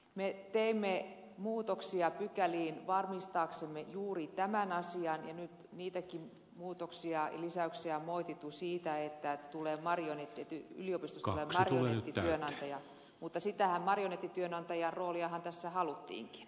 me teimme muutoksia pykäliin varmistaaksemme juuri tämän asian ja nyt niitäkin muutoksia ja lisäyksiä on moitittu siitä että yliopistosta tulee marionettityönantaja mutta sitä marionettityönantajan rooliahan tässä haluttiinkin